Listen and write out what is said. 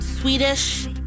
Swedish